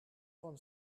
von